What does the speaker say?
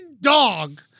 dog